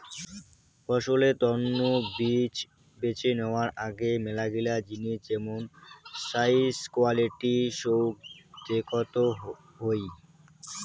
ফসলের তন্ন বীজ বেছে নেওয়ার আগে মেলাগিলা জিনিস যেমন সাইজ, কোয়ালিটি সৌগ দেখত হই